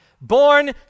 Born